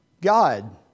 God